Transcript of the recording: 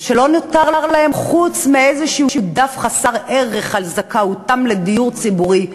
שלא נותר להם כלום חוץ מאיזשהו דף חסר ערך על זכאותם לדיור ציבורי,